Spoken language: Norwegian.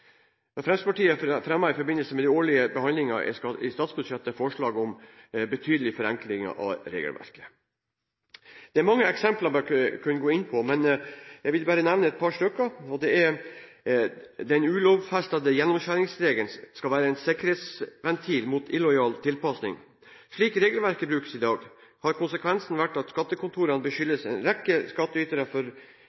Fremskrittspartiet fremmer i forbindelse med de årlige behandlinger i statsbudsjettet forslag om en betydelig forenkling av dette regelverket. Det er mange eksempler man kunne gå inn på, men jeg vil bare nevne et par stykker. Den ulovfestede gjennomskjæringsregelen skal være en sikkerhetsventil mot illojal tilpasning. Slik regelverket brukes i dag, har konsekvensen vært at skattekontorene